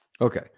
Okay